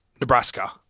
Nebraska